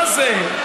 מה זה?